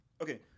Okay